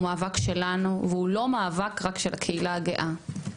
הוא מאבק שלנו והוא לא מאבק רק של הקהילה הגאה.